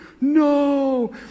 no